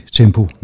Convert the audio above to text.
tempo